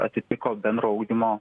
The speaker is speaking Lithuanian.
atitiko bendro ugdymo